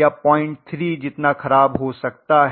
या 03 जितना खराब हो सकता है